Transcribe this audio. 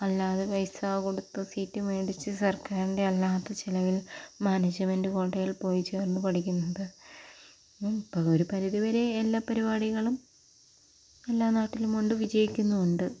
അല്ലാതെ പൈസ കൊടുത്ത് സീറ്റ് മേടിച്ച് സർക്കാരിൻ്റെ അല്ലാത്ത ചിലവിൽ മാനേജ്മെൻറ് കോട്ടയിൽ പോയി ചേർന്ന് പഠിക്കുന്നത് ഇപ്പം ഒരു പരിധിവരെ എല്ലാ പരിപാടികളും എല്ലാ നാട്ടിലും ഉണ്ട് വിജയിക്കുന്നുമുണ്ട്